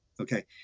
Okay